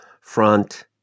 front